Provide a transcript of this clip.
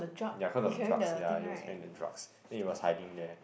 yea cause of the drugs yea he was hand the drugs then he was hiding there